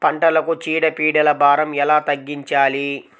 పంటలకు చీడ పీడల భారం ఎలా తగ్గించాలి?